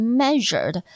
measured